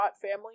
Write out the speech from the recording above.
family